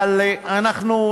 אבל אנחנו,